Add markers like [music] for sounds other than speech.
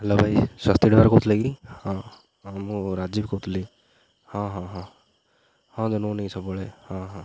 hello ଭାଇ [unintelligible] driver କହୁଥିଲେ କି ହଁ ହଁ ମୁଁ ରାଜୀବ କହୁଥିଲି ହଁ ହଁ ହଁ ହଁ [unintelligible] ସବୁବେଳେ ହଁ ହଁ